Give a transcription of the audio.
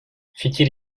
fikir